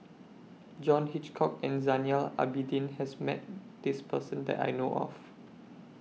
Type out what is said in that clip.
John Hitchcock and Zainal Abidin has Met This Person that I know of